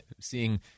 seeing